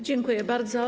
Dziękuję bardzo.